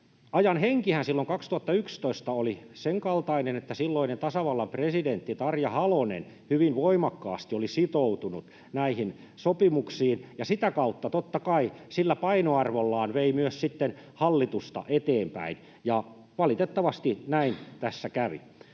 Ajan henkihän silloin 2011 oli senkaltainen, että silloinen tasavallan presidentti Tarja Halonen hyvin voimakkaasti oli sitoutunut näihin sopimuksiin ja sitä kautta, totta kai, sillä painoarvollaan vei sitten myös hallitusta eteenpäin, ja valitettavasti näin tässä kävi.